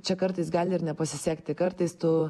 čia kartais gali ir nepasisekti kartais tu